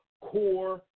core